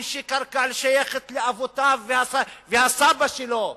מי שהקרקע שייכת לאבותיו ולסבא שלו.